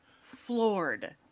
Floored